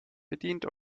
bedient